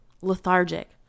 lethargic